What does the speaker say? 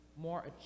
more